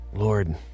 Lord